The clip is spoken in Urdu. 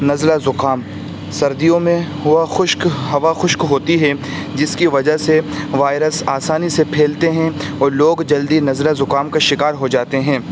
نزلہ زکام سردیوں میں ہوا خشک ہوا خشک ہوتی ہے جس کی وجہ سے وائرس آسانی سے پھیلتے ہیں اور لوگ جلدی نزلہ زکام کا شکار ہو جاتے ہیں